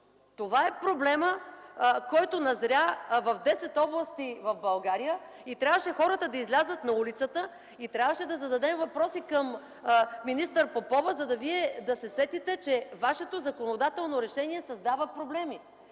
Това е проблемът, който назря в 10 области в България и трябваше хората да излязат на улицата и трябваше да зададем въпроси към министър Попова, за да се сетите вие, че вашето законодателно решение създава проблеми.